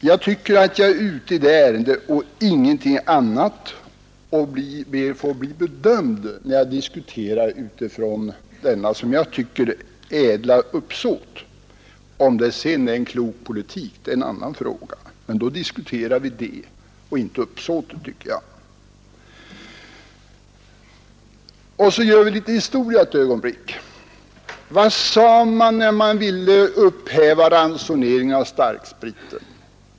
Jag tycker att jag är ute i det ärendet och ingenting annat. Jag ber att få bli bedömd efter att jag diskuterar utifrån detta som jag tycker ädla uppsåt. Om det sedan är en klok politik är en annan fråga, men då diskuterar vi den saken och inte uppsåtet, tycker jag. Låt oss tala historia ett ögonblick. Vad sade man när man ville upphäva ransoneringen av starkspriten?